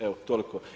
Evo toliko.